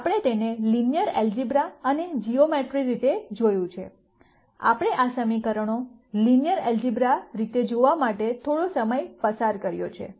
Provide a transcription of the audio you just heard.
આપણે તેને linear algebra અને જીઓમેટ્રી રીતે જોયું છે આપણે આ સમીકરણો લિનયર ઐલ્જબ્રા રીતે જોવા માટે થોડો સમય પસાર કર્યો છે